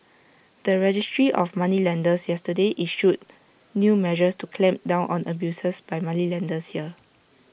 the registry of moneylenders yesterday issued new measures to clamp down on abuses by moneylenders here